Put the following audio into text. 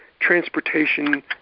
transportation